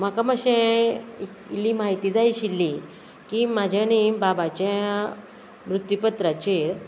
म्हाका मातशें इल्ली म्हायती जाय आशिल्ली की म्हाज्या न्ही बाबाच्या मृत्यूपत्राचेर